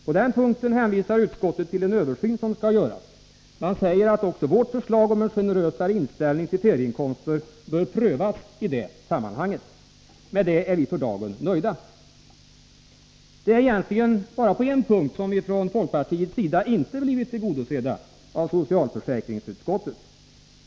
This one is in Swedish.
På den punkten hänvisar utskottet till en översyn som skall göras. Man säger att också vårt förslag om en generösare inställning till ferieinkomster bör prövas i det sammanhanget. Med det är vi för dagen nöjda. Det är egentligen bara på en punkt som vi från folkpartiets sida inte blivit tillgodosedda av socialförsäkringsutskottet.